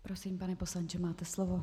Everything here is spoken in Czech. Prosím, pane poslanče, máte slovo.